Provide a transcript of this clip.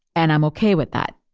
and i'm okay with that,